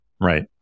right